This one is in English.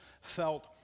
felt